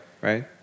right